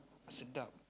sedap